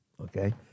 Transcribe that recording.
Okay